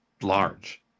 large